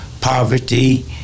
poverty